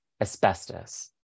asbestos